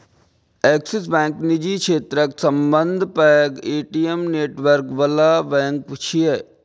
Axis bank निजी क्षेत्रक सबसं पैघ ए.टी.एम नेटवर्क बला बैंक छियै